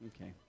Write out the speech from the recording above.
okay